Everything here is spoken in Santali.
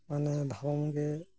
ᱢᱟᱱᱮ ᱫᱷᱚᱨᱚᱢ ᱜᱮ